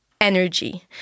energy